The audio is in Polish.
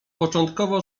początkowo